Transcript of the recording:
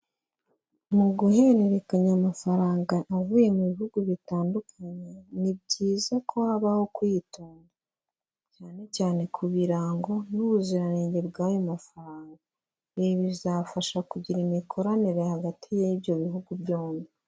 Mu guhererekanya amafaranga avuye mu bihugu bitandukanye, ni byiza ko habaho kwitonda, cyane cyane ku birango n'ubuziranenge bw'ayo mafaranga, ibi bizafasha kugira imikoranire hagati y'ibyo bihugu byombi.